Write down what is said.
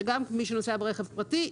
שגם מי שנוסע ברכב פרטי,